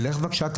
תלך בבקשה,